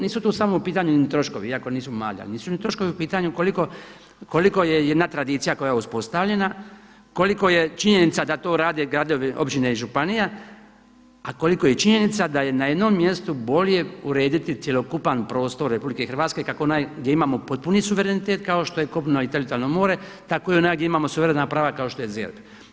Nisu tu samo u pitanju ni troškovi iako nisu mali ali nisu ni troškovi u pitanju koliko je jedna tradicija koja je uspostavljena, koliko je činjenica da to rade gradovi, općine i županije, a koliko je činjenica da je na jednom mjestu bolje uraditi cjelokupan prostor Republike Hrvatske kako onaj gdje imamo potpuni suverenitet kao što je kopno i teritorijalno more tako i onaj gdje imamo suverena prava kao što je ZERP.